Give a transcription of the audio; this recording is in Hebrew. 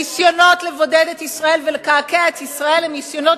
הניסיונות לבודד את ישראל ולקעקע את ישראל הם ניסיונות